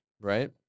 right